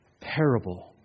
parable